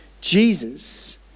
Jesus